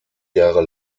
jahre